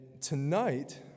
tonight